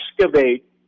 excavate